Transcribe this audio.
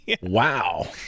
Wow